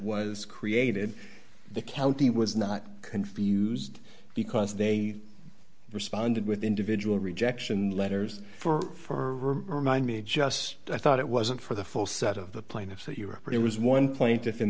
was created the county was not confused because they responded with individual rejection letters for remind me just i thought it wasn't for the full set of the plaintiffs that you were but it was one plaintiff in